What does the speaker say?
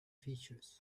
features